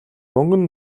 мөнгөн